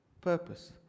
purpose